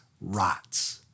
rots